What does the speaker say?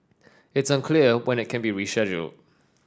it's unclear when it can be rescheduled